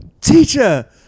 teacher